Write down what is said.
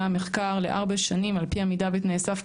המחקר לארבע שנים על פי עמידה בתנאי סף,